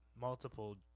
multiple